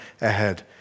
ahead